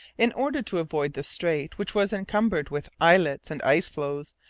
in order to avoid the strait, which was encumbered with islets and ice-floes,